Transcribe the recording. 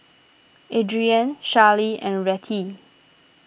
Adrianne Charley and Rettie